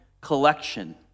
collection